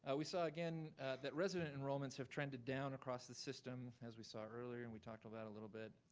ah we saw again that resident enrollments have trended down across the system, as we saw earlier and we talked about a little bit,